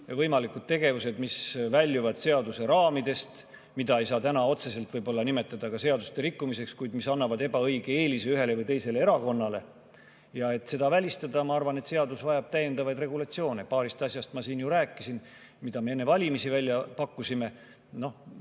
võimalikes tegevustes, mis väljuvad seaduse raamidest või mida ei saa täna otseselt nimetada seaduse rikkumiseks, kuid mis annavad ebaõige eelise ühele või teisele erakonnale. Ja et seda [tulevikus] välistada, ma arvan, et seadus vajab täiendavaid regulatsioone. Paarist asjast ma siin rääkisin, mida me enne valimisi välja pakkusime. Need